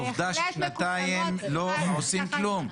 עובדה ששנתיים לא עושים כלום.